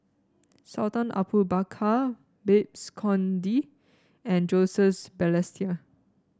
Sultan Abu Bakar Babes Conde and Joseph Balestier